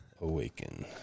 Awaken